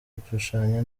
gushushanya